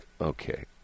okay